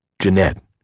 Jeanette